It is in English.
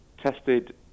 tested